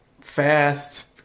fast